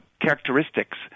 characteristics